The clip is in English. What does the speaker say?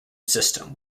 system